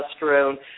testosterone